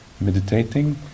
Meditating